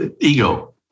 ego